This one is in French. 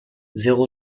zéro